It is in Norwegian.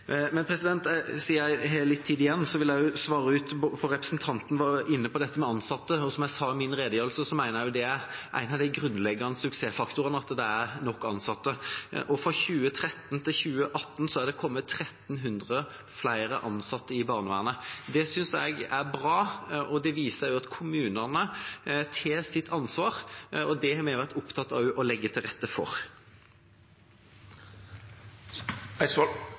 jeg har litt tid igjen, vil jeg også svare på det representanten var inne på med ansatte. Som jeg sa i min redegjørelse, mener jeg at det er en av de grunnleggende suksessfaktorene, at det er nok ansatte. Fra 2013 til 2018 har det kommet 1 300 flere ansatte i barnevernet. Det synes jeg er bra. Det viser at kommunene tar sitt ansvar, og det har vi også vært opptatt av å legge til rette for.